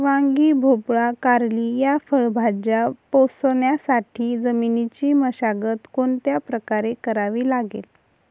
वांगी, भोपळा, कारली या फळभाज्या पोसण्यासाठी जमिनीची मशागत कोणत्या प्रकारे करावी लागेल?